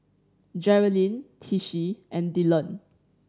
Jerilyn Tishie and Dillon